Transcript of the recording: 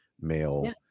male